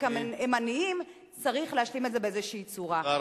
הם עניים צריך להשלים את זה באיזו צורה.